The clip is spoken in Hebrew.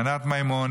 ענת מימון,